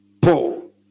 Paul